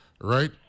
right